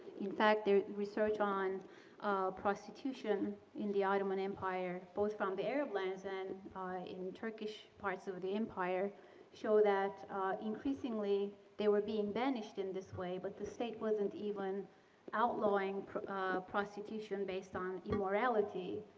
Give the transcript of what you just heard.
in fact, there's research on prostitution in the ottoman empire both from the arab lands and in turkish parts of of the empire show that increasingly they were being banished in this way. but the state wasn't even outlawing prostitution based on immorality,